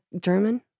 German